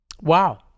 Wow